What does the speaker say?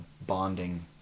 bonding